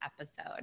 episode